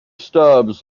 stubbs